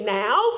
now